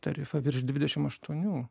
tarifą virš dvidešim aštuonių